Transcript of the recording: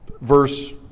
verse